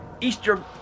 Easter